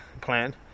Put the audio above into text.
plan